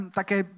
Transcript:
také